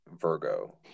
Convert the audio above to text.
virgo